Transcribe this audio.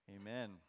Amen